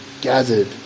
gathered